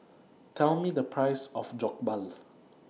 Tell Me The Price of Jokbal